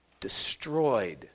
destroyed